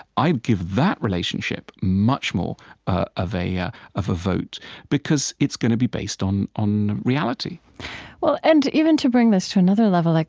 i'd give that relationship much more of a ah of a vote because it's going to be based on on reality well, and even to bring this to another level, like